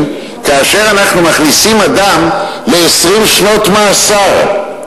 כאשר אנחנו מכניסים אדם ל-20 שנות מאסר?